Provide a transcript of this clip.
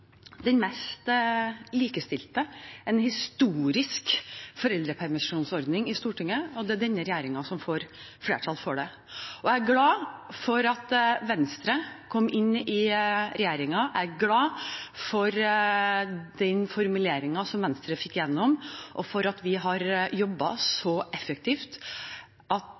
får flertall for det. Jeg er glad for at Venstre kom inn i regjering. Jeg er glad for den formuleringen som Venstre fikk igjennom, og for at vi har jobbet så effektivt at